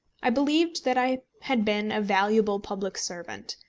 i believed that i had been a valuable public servant,